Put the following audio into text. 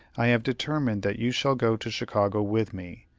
i have determined that you shall go to chicago with me,